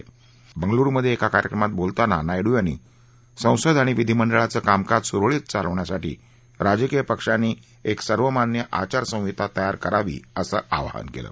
काल बंगलूरु मध्ये एका कार्यक्रमात बोलताना नायडू यांनी संसद आणि विधीमंडळाचं कामकाज सुरळीत चालण्यासाठी राजकीय पक्षांनी एक सर्वमान्य आचार संहीता तयार करावी असं आवाहन केलं